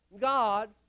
God